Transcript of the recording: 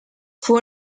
fue